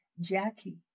Jackie